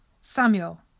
Samuel